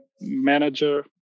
manager